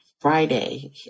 friday